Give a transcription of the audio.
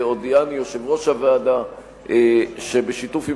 והודיעני יושב-ראש הוועדה שבשיתוף עם